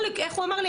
איך הוא אמר לי?